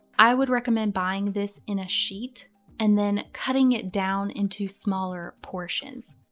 i would recommend buying this in a sheet and then cutting it down into smaller portions.